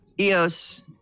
Eos